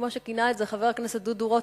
כמו שכינה את זה חבר הכנסת דודו רותם,